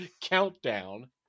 countdown